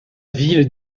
ville